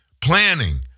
planning